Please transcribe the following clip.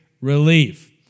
relief